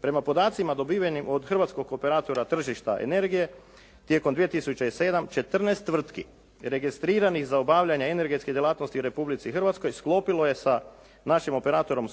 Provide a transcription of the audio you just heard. Prema podacima dobivenim od hrvatskog operatora tržišta energije tijekom 2007. četrnaest tvrtki registriranih za obavljanje energetske djelatnosti u Republici Hrvatskoj sklopilo je sa našim operatorom